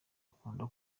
akunda